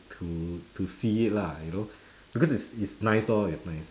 to to see it lah you know because it's it's nice lor it's nice